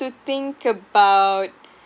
to think about